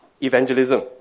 evangelism